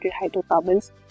hydrocarbons